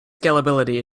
scalability